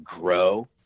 grow